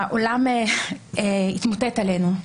העולם התמוטט עלינו.